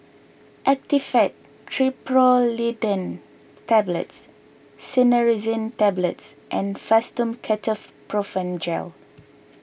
Actifed Triprolidine Tablets Cinnarizine Tablets and Fastum Ketoprofen Gel